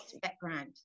background